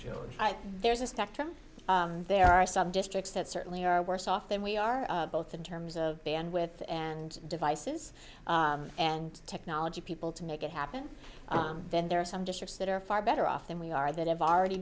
know there's a spectrum there are some districts that certainly are worse off than we are both in terms of band with and devices and technology people to make it happen then there are some districts that are far better off than we are that have already